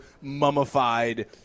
mummified